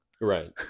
right